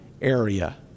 area